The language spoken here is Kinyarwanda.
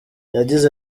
yagize